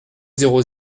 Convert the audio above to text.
zéro